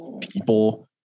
people